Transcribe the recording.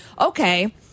okay